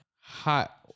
hot